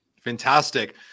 fantastic